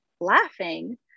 laughing